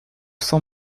sans